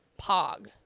pog